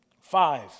Five